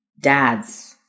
dad's